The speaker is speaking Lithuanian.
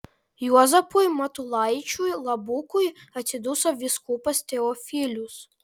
juozapui matulaičiui labukui atsiduso vyskupas teofilius